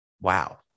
Wow